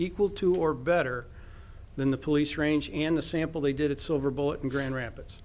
equal to or better than the police range and the sample they did at silver bullet in grand rapids